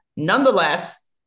Nonetheless